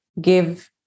give